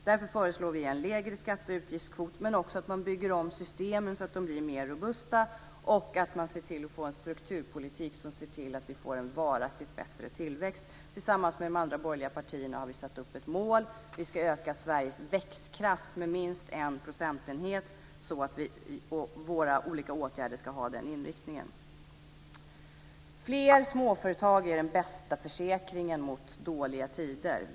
Därför föreslår vi en lägre skatteutgiftskvot, men också att man bygger om systemen så att de blir mer robusta och skapar en strukturpolitik som gör att vi får en varaktigt bättre tillväxt. Tillsammans med de andra borgerliga partierna har vi satt upp ett mål. Vi ska öka Sveriges växtkraft med minst en procentenhet, och våra olika åtgärder ska ha den inriktningen. Fler småföretag är den bästa försäkringen mot dåliga tider.